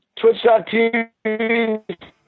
twitch.tv